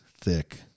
thick